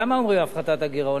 למה אומרים "הפחתת הגירעון"?